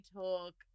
talk